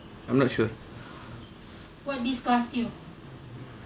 I'm not sure